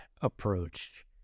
approach